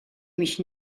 mich